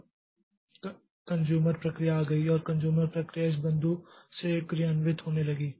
अब कन्ज़्यूमर प्रक्रिया आ गई और कन्ज़्यूमर प्रक्रिया इस बिंदु से क्रियान्वित होने लगी